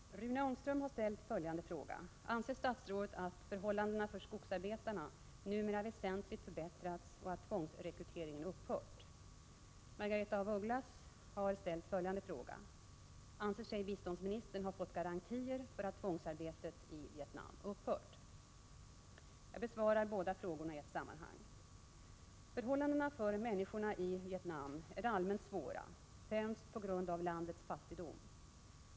Herr talman! Rune Ångström har ställt följande fråga: Anser statsrådet att förhållandena för skogsarbetarna numera väsentligt förbättrats och att tvångsrekryteringen upphört? Margaretha af Ugglas har ställt följande fråga: Anser sig biståndsministern har fått garantier för att tvångsarbetet i Vietnam upphört? Jag besvarar båda frågorna i ett sammanhang. Förhållandena för människorna i Vietnam är allmänt svåra, främst på grund av landets fattigdom.